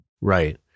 Right